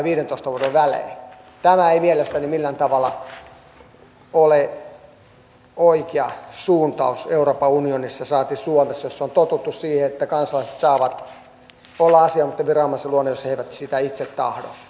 tämä ei mielestäni millään tavalla ole oikea suuntaus euroopan unionissa saati suomessa jossa on totuttu siihen että kansalaiset saavat olla asioimatta viranomaisen luona jos he eivät sitä itse tahdo